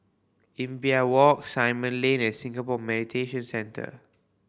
Imbiah Walk Simon Lane and Singapore Mediation Centre